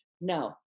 no